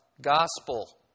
gospel